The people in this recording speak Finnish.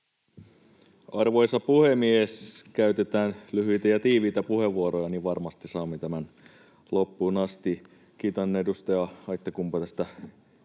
Arvoisa puhemies! Käytetään lyhyitä ja tiiviitä puheenvuoroja, niin varmasti saamme tämän loppuun asti. Kiitän edustaja Aittakumpua tästä